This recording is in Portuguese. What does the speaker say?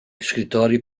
escritório